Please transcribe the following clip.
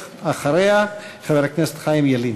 אחריה, חבר הכנסת חיים ילין.